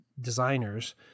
designers